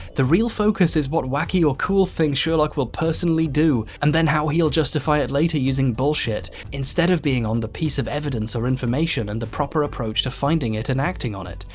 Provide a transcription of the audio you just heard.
the real focus is what wacky or cool things sherlock will personally do and then how he'll justify it later using bullshit instead of being on the piece of evidence or information and the proper approach to finding it and acting on it.